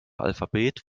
alphabet